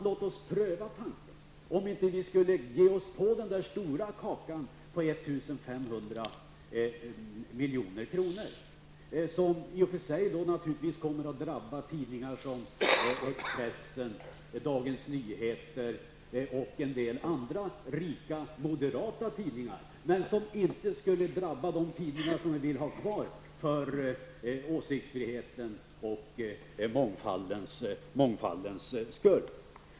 Låt oss pröva tanken om vi inte borde ge oss på den stora kakan på 1 500 milj.kr., något som i och för sig naturligtvis kommer att drabba tidningar som Expressen, Dagens Nyheter och en del rika moderata tidningar men inte skulle drabba de tidningar som vi vill ha kvar för åsiktsfrihetens och mångfaldens skull.